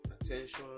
attention